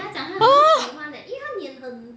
oh